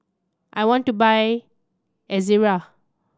I want to buy Ezerra